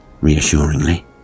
reassuringly